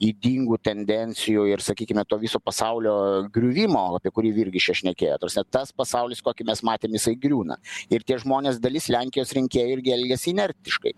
ydingų tendencijų ir sakykime to viso pasaulio griuvimo apie kurį virgis čia šnekėjo ta prasme tas pasaulis kokį mes matėm jisai griūna ir tie žmonės dalis lenkijos rinkėjai irgi elgiasi inertiškai